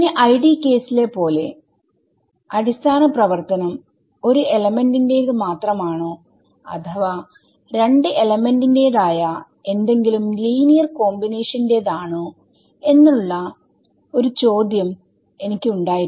ഇനി ID കേസിലെ പോലെ അടിസ്ഥാന പ്രവർത്തനം ഒരു എലമെന്റ് ന്റേത് മാത്രമാണോ അഥവാ രണ്ടു എലമെന്റ് ന്റെതായ ഏന്തെങ്കിലും ലീനിയർ കോമ്പിനേഷൻ ന്റേതാണോ എന്നുള്ള ഒരു ചോയ്സ് എനിക്ക് ഉണ്ടായിരുന്നു